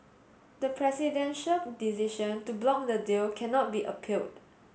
the presidential decision to block the deal cannot be appealed